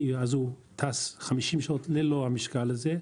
כי אז הוא טס 50 שעות ללא המשקל הזה,